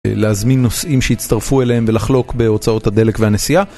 להזמין נוסעים שיצטרפו אליהם ולחלוק בהוצאות הדלק והנסיעה.